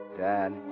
Dad